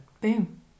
Boom